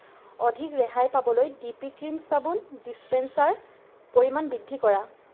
অধিক ৰেহাই পাবলৈ ডিপি ক্ৰীম চাবোন ডিছপেন্সাৰ পৰিমাণ বৃদ্ধি কৰা